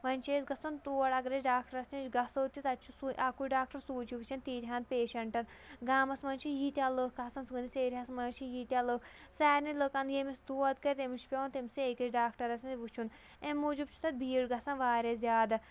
وۄنۍ چھِ أسۍ گژھان تور اگر أسۍ ڈاکٹرس نِش گژھو تہِ تَتہِ چھُ سُے اَکُے ڈاکٹر سُے چھُ وٕچھن تیٖتۍ ہن پیشنٹن گامس منٛز چھِ ییٖتیاہ لُکھ آسَن سٲنِس ایریاہس منٛز چھِ ییٖتیاہ لُکھ سارنٕے لُکن ییٚمِس دود کرِ تٔمِس چھُ پیوان تٔمۍسٕے أکِس ڈاکٹرس نِش وٕچھُن اَمہِ موٗجوٗب چھُ تتہِ بھیٖڑ گژھان واریاہ زیادٕ